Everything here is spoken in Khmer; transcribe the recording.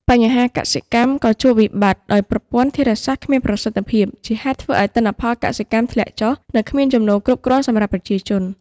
បញ្ជាកសិកម្ម ក៏ជួបវិបត្តិដោយប្រព័ន្ធធារាសាស្រ្តគ្មានប្រសិទ្ឋភាព ជាហេតុធ្វើឲ្យទិន្នផលកសិកម្មធ្លាក់ចុះ និងគ្មានចំណូលគ្រប់គ្រាន់សម្រាប់ប្រជាជន។